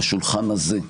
בשולחן הזה,